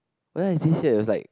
whereas this year it was like